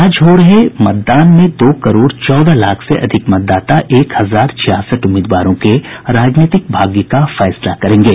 आज हो रहे मतदान में दो करोड़ चौदह लाख से अधिक मतदाता एक हजार छियासठ उम्मीदवारों के राजनीतिक भाग्य का फैसला करेंगे